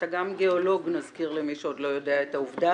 אני מזכירה למי שעוד לא יודע את העובדה